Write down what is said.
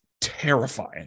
terrifying